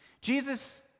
Jesus